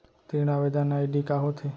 ऋण आवेदन आई.डी का होत हे?